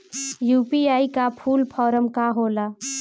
UPI का full form का होला?